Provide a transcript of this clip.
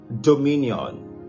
dominion